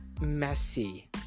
messy